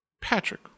Patrick